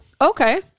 Okay